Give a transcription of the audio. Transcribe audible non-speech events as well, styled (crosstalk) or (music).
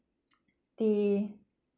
(noise) they